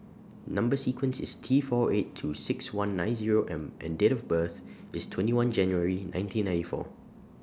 Number sequence IS T four eight two six one nine Zero M and Date of birth IS twenty one January nineteen ninety four